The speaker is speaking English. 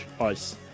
Ice